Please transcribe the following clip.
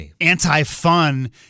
anti-fun